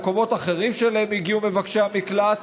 במקומות אחרים שאליהם הגיעו מבקשי המקלט,